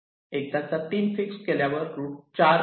एकदाचा 3 fix केल्यावर 4 root करता येईल